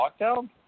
lockdown